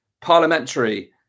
parliamentary